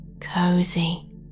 cozy